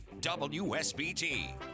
WSBT